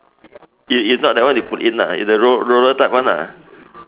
it's it's not that one you put in lah it's the roll roller type one lah